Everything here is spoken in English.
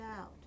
out